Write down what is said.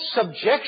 subjection